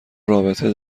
رابطه